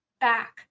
back